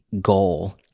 goal